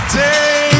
day